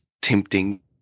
tempting